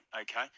Okay